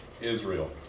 Israel